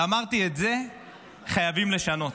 אמרתי שאת זה חייבים לשנות.